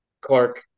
Clark